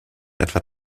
etwa